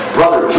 Brother